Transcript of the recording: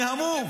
אני המום.